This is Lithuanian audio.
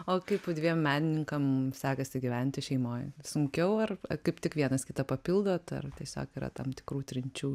o kaip dviem menininkam sekasi gyventi šeimoj sunkiau ar kaip tik vienas kitą papildot ar tiesiog yra tam tikrų trinčių